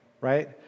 Right